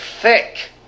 Thick